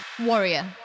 warrior